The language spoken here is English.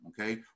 okay